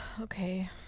Okay